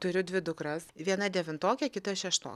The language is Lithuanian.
turiu dvi dukras viena devintokė kita šešto